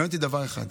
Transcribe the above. מעניין אותי דבר אחד,